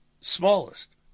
Smallest